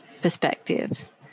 perspectives